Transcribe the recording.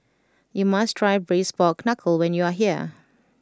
you must try Braised Pork Knuckle when you are here